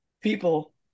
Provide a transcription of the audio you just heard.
people